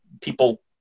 people